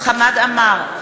חמד עמאר,